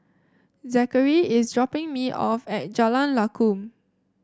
Zakary is dropping me off at Jalan Lakum